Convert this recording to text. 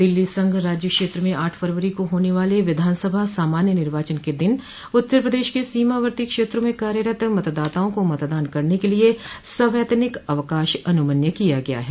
दिल्ली संघ राज्य क्षेत्र में आठ फरवरी को होने वाले विधानसभा सामान्य निर्वाचन के दिन उत्तर प्रदेश क सीमावर्ती क्षेत्रों में कार्यरत मतदाताओं को मतदान करने के लिए सवैतनिक अवकाश अनुमन्य किया गया है